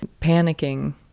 panicking